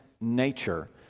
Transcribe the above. nature